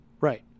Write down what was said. Right